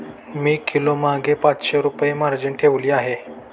मी किलोमागे पाचशे रुपये मार्जिन ठेवली आहे